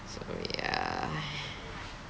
so ya !hais!